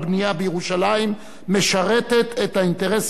להעביר לראש הממשלה את הסמכויות הנתונות לשרת התרבות והספורט